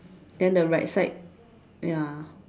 then the right side ya